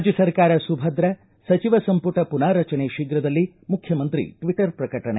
ರಾಜ್ಯ ಸರ್ಕಾರ ಸುಭದ್ರ ಸಚಿವ ಸಂಮಟ ಮನಾರಚನೆ ಶೀಘ್ರದಲ್ಲಿ ಮುಖ್ಯಮಂತ್ರಿ ಟ್ವಿಟ್ಟರ್ ಪ್ರಕಟಣೆ